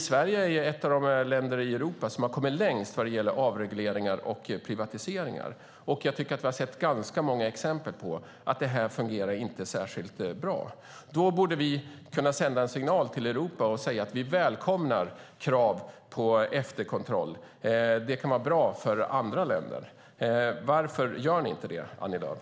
Sverige är ett av de länder i Europa som har kommit längst vad gäller avreglering och privatisering, och vi har sett ganska många exempel på att det inte fungerar särskilt bra. Då borde vi sända en signal till Europa att vi välkomnar krav på efterkontroll, för det kan vara bra för andra länder. Varför gör ni inte det, Annie Lööf?